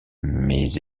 mais